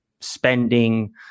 spending